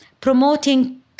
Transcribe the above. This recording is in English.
promoting